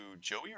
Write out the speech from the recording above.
Joey